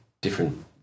different